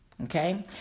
Okay